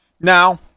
Now